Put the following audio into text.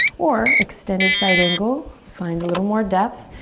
or extended side angle, find a little more depth.